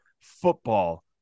football